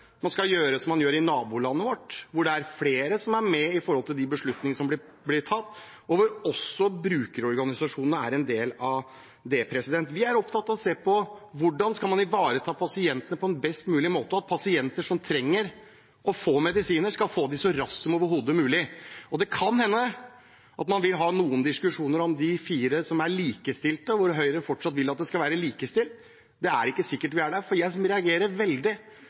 man kanskje skal gjøre som man gjør i nabolandet vårt, hvor det er flere som er med på de beslutninger som blir tatt, og hvor også brukerorganisasjonene er en del av det. Vi er opptatt av å se på hvordan man skal ivareta pasientene på en best mulig måte, og at pasienter som trenger å få medisiner, skal få dem så raskt som overhodet mulig. Og det kan hende at man vil ha noen diskusjoner om de fire som er likestilte, og hvor Høyre fortsatt vil at det skal være likestilt. Det er ikke sikkert vi er der. Jeg reagerer veldig